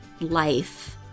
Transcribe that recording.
life